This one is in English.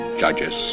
judges